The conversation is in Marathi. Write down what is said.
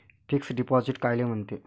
फिक्स डिपॉझिट कायले म्हनते?